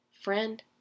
Friend